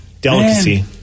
delicacy